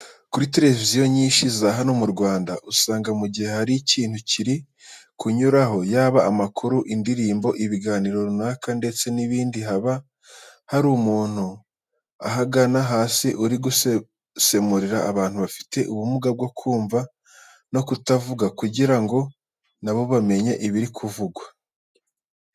Kuri televiziyo nyinshi za hano mu Rwanda usanga mu gihe hari ikintu kiri kunyuraho yaba amakuru, indirimbo, ibiganiro runaka ndetse n'ibindi, haba hari umuntu ahagana hasi uri gusemurira abantu bafite ubumuga bwo kumva no kutavuga kugira ngo na bo bamenye ibiri kuvugwa.